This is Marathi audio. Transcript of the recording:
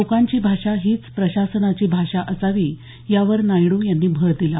लोकांची भाषा हीच प्रशासनाची भाषा असावी यावर नायडू यांनी भर दिला